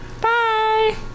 Bye